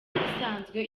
ibisanzwe